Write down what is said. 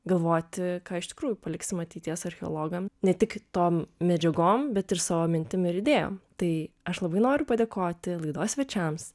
galvoti ką iš tikrųjų paliksim ateities archeologam ne tik tom medžiagom bet ir savo mintim ir idėjom tai aš labai noriu padėkoti laidos svečiams